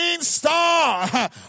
star